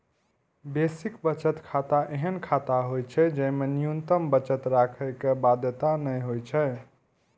basic बचत खाता एहन खाता होइ छै, जेमे न्यूनतम बचत राखै के बाध्यता नै होइ छै